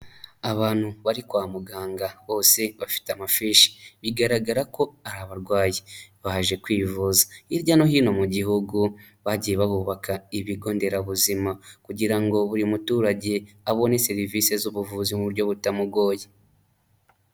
Abantu bari kwa muganga, bose bafite amafishi, bigaragara ko ari abarwayi, baje kwivuza, hirya no hino mu gihugu, bagiye buhubaka ibigo nderabuzima kugira ngo buri muturage abone serivise z'ubuvuzi mu buryo butamugoye.